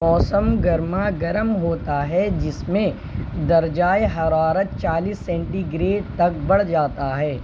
موسمِ گرما گرم ہوتا ہے جس میں درجۂِ حرارت چالیس سینٹی گریڈ تک بڑھ جاتا ہے